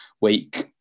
week